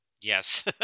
Yes